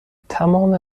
تمام